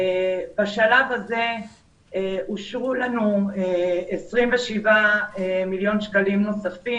בשלב הזה אושרו לנו 27 מיליון שקלים נוספים